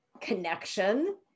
connection